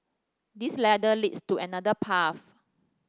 this ladder leads to another path